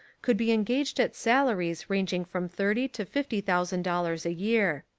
could be engaged at salaries ranging from thirty to fifty thousand dollars a year.